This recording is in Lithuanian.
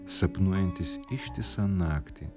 sapnuojantis ištisą naktį